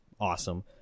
awesome